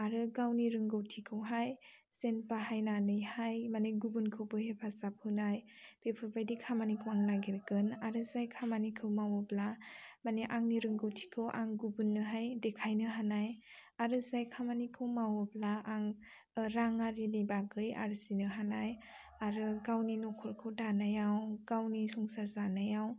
आरो गावनि रोंगौथिखौहाय जेन बाहायनानैहाय माने गुबुनखौबो हेफाजाब होनाय बेफोरबायदि खामानिखौ आं नागिरगोन आरो जाय खामानिखौ मावोब्ला माने आंनि रोंगौथिखौ आं गुबुननोहाय देखायनो हानाय आरो जाय खामानिखौ मावोब्ला आं रांं आरिनि बागै आर्जिनो हानाय आरो गावनि न'खरखौ दानायाव गावनि संसार जानायाव